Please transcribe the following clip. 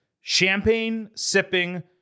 champagne-sipping